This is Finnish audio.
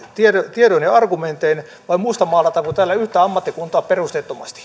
tiedoin ja argumentein vai mustamaalataanko täällä yhtä ammattikuntaa perusteettomasti